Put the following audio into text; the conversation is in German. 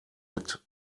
mit